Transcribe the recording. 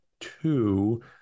two